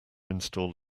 install